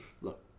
look